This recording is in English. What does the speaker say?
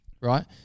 right